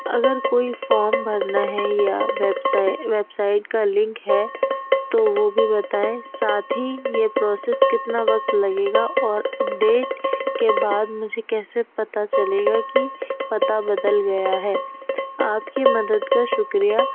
اگر کوئی فام بھرنا ہے یا ویبسائٹ کا لنک ہے تو وہ بھی بتائیں ساتھ ہی یہ پروسیس کتنا وقت لگے گا اور اپڈیٹ کے بعد مجھے کیسے پتا چلے گا کہ پتہ بدل گیا ہے آپ کی مدد کا شکریہ